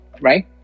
right